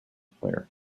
player